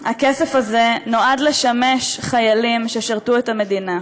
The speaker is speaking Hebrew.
הכסף הזה נועד לשמש חיילים ששירתו את המדינה,